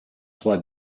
trois